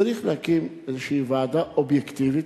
צריך להקים איזו ועדה אובייקטיבית,